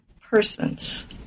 persons